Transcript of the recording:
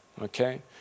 Okay